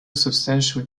substantial